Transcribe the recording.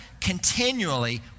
continually